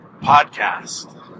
podcast